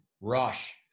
rush